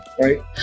Right